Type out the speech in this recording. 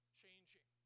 changing